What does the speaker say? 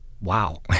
wow